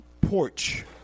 porch